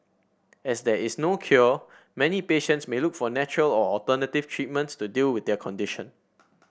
as there is no cure many patients may look for natural or alternative treatments to deal with their condition